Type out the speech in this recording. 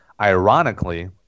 ironically